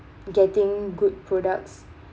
getting good products